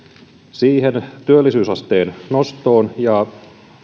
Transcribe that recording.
työllisyysasteen nostoon ja